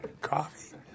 coffee